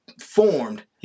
formed